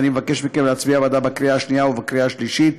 ואני מבקש מכם להצביע בעדה בקריאה השנייה ובקריאה השלישית.